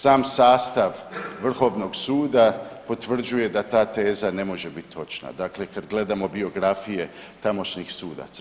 Sam sastav Vrhovnog suda potvrđuje da ta teza ne može biti točna, dakle kad gledamo biografije tamošnjih sudaca.